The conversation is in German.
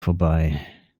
vorbei